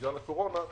בגלל הקורונה,